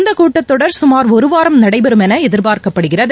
இந்தக் கூட்டத்தொடர் சுமார் ஒருவாரம் நடைபெறும் என எதிர்பார்க்கப்படுகிறது